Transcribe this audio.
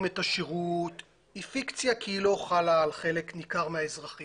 את השירות היא פיקציה כי היא לא חלה על חלק ניכר מהאזרחים